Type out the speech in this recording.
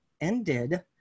ended